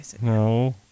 No